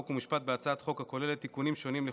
חוק ומשפט בהצעת חוק הכוללת תיקונים שונים בחוק-יסוד: